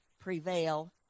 prevail